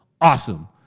awesome